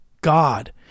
God